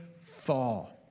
fall